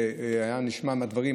והיה נשמע מהדברים,